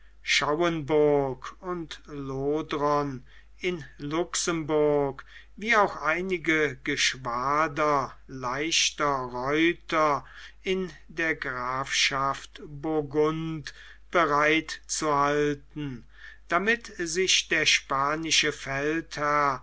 schauenburg und lodrona in luxemburg wie auch einige geschwader leichter reiter in der grafschaft burgund bereit zu halten damit sich der spanische feldherr